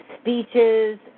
speeches